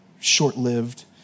short-lived